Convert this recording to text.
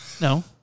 No